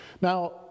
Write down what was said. Now